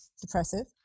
depressive